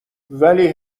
ولی